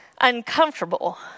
uncomfortable